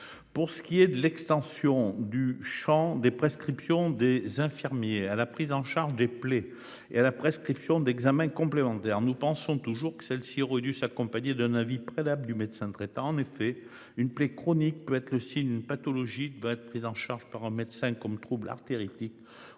pour ce qui est de l'extension du Champ des prescriptions des infirmiers à la prise en charge des plaies et à la prescription d'examens complémentaires. Nous pensons toujours que celle-ci reduce accompagnée d'un avis préalable du médecin traitant en effet une plaie chronique peut être le signe d'une pathologie de votre prise en charge par un médecin comme trouble artères